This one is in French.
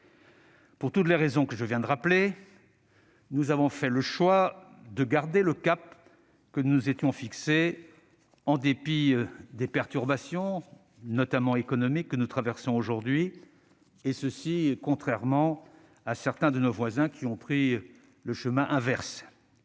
Pour toutes les raisons que je viens de rappeler, nous avons fait le choix de garder le cap que nous nous étions fixé, en dépit des perturbations, notamment économiques, que nous traversons aujourd'hui, et ce contrairement à certains de nos voisins qui ont pris le chemin inverse.